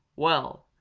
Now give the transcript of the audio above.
well,